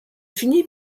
finit